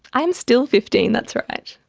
i'm still fifteen, that's right.